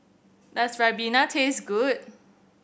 does ribena taste good